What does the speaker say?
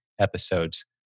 episodes